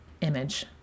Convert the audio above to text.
image